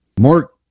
Mark